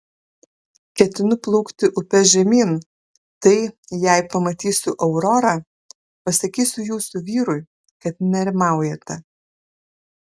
ketinu plaukti upe žemyn tai jei pamatysiu aurorą pasakysiu jūsų vyrui kad nerimaujate